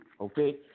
okay